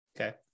okay